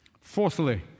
Fourthly